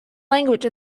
language